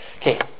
Okay